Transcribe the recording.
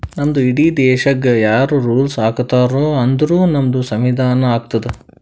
ನಮ್ದು ಇಡೀ ದೇಶಾಗ್ ಯಾರ್ ರುಲ್ಸ್ ಹಾಕತಾರ್ ಅಂದುರ್ ನಮ್ದು ಸಂವಿಧಾನ ಹಾಕ್ತುದ್